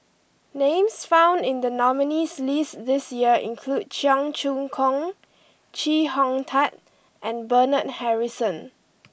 names found in the nominees' list this year include Cheong Choong Kong Chee Hong Tat and Bernard Harrison